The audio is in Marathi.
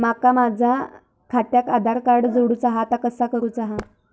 माका माझा खात्याक आधार कार्ड जोडूचा हा ता कसा करुचा हा?